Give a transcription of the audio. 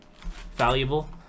valuable